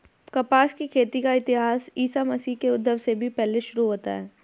कपास की खेती का इतिहास ईसा मसीह के उद्भव से भी पहले शुरू होता है